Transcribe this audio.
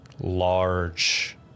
large